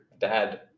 dad